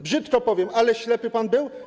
Brzydko powiem, ale ślepy pan był?